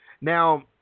Now